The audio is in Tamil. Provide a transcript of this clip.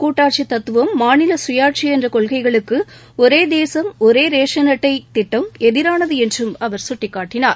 கூட்டாட்சி தத்துவம் மாநில சுயாட்சி என்ற கொள்கைகளுக்கு ஒரே தேசம் ஒரே ரேசன் அட்டை திட்டம் எதிரானது என்றும் அவர் சுட்டிக்காட்டினார்